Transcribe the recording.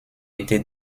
été